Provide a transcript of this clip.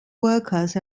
workers